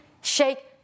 shake